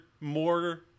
more